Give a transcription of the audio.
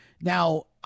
now